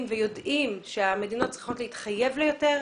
ויודעים שהמדינות צריכות להתחייב ליותר,